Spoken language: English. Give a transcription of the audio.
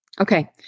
Okay